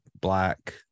Black